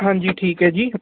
ਹਾਂਜੀ ਠੀਕ ਹੈ ਜੀ